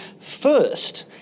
first